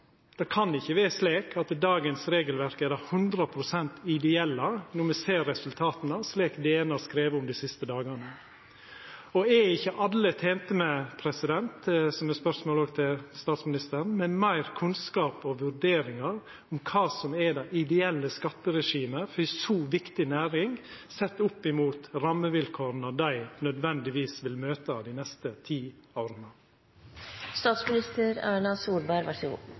Det kan ikkje vera slik at dagens regelverk er det 100 pst. ideelle når me ser resultata, slik DN har skrive om dei siste dagane. Og er ikkje alle tente med – som òg er spørsmål til statsministeren – meir kunnskap om og vurderingar av kva som er det ideelle skatteregimet for ei så viktig næring, sett opp mot rammevilkåra dei nødvendigvis vil møta dei neste ti